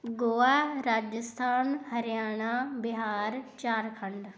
Goa Rajasthan Haryana Bihar Jharkhand